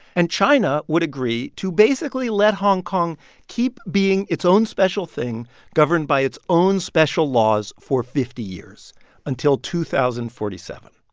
and china would agree to basically let hong kong keep being its own special thing governed by its own special laws for fifty years until two thousand and forty seven.